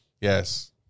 Yes